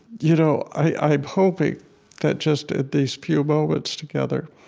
you know i'm hoping that just in these few moments together,